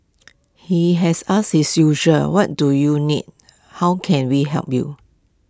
he has asked his usual what do you need how can we help you